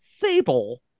Sable